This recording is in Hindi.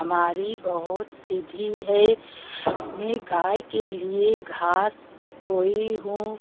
हमारी बहुत सीधी है मैं गाय के लिए घास बोई हूँ